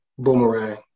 Boomerang